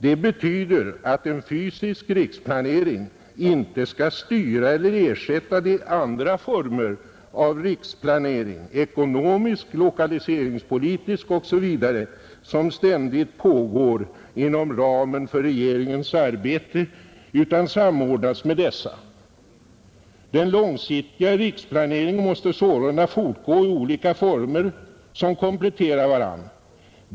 Det betyder att en fysisk riksplanering inte skall styra eller ersätta de andra former av riksplanering — ekonomisk, lokaliseringspolitisk osv. — som ständigt pågår inom ramen för regeringens arbete utan samordnas med dessa.” Den långsiktiga riksplaneringen måste sålunda fortgå i olika former, som kompletterar varandra.